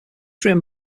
written